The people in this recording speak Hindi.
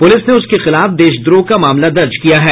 पुलिस ने उसके खिलाफ देशद्रोह का मामला दर्ज किया है